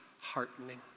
heartening